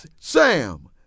Sam